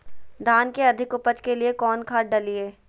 धान के अधिक उपज के लिए कौन खाद डालिय?